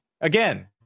again